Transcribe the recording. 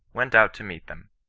went out to meet them.